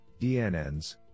DNNs